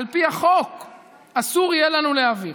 על פי החוק אסור יהיה לנו להעביר.